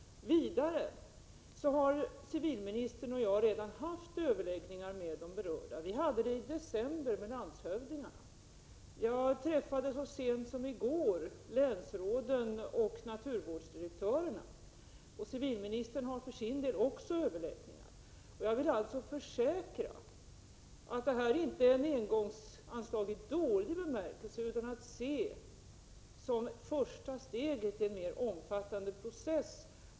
Vidare har civilministern och jag redan haft överläggningar med berörda parter. Vi hade överläggningar i december med landshövdingarna. Jag träffade så sent som i går länsråden och naturvårdsdirektörerna. Civilministern har för sin del också fört överläggningar. Jag vill alltså försäkra att det här inte är ett engångsanslag i dålig bemärkelse utan är att se som det första steget i en mer omfattande process.